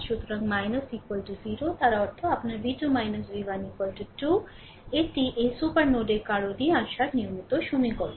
সুতরাং 0 তার অর্থ আপনার v2 v1 2 এটি এই সুপার নোডের কারণে আসার নিয়মিত সমীকরণ